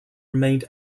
remained